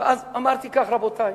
ואז אמרתי כך: רבותי,